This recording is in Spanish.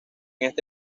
este